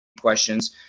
questions